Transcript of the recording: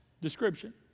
description